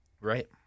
Right